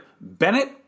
Bennett